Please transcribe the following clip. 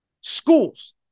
schools